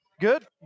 Good